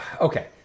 okay